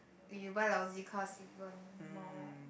you buy lousy cars if you want more